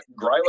Gryla